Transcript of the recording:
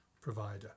provider